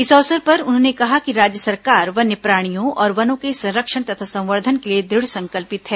इस अवसर पर उन्होंने कहा कि राज्य सरकार वन्यप्राणियों और वनों के संरक्षण तथा सवंधन के लिए दृढ़ संकल्पित है